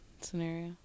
scenario